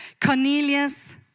Cornelius